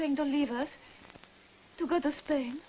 going to leave us to get this thing